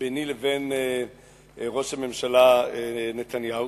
ביני לבין ראש הממשלה נתניהו.